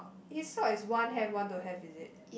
his sock is one have one don't have is it